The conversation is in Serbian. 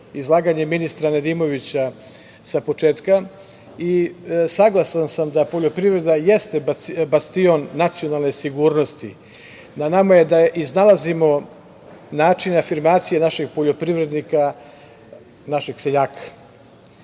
izlaganje ministra Nedimovića sa početka i saglasan sam da poljoprivreda jeste bastion nacionalne sigurnosti. Na nama je da iznalazimo način afirmacije našeg poljoprivrednika, našeg seljaka.